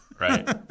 Right